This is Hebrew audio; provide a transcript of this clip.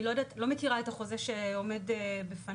אני לא מכירה את החוזה שנמצא בפניך.